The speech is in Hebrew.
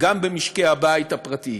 גם במשקי הבית הפרטיים.